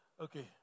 Okay